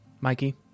Mikey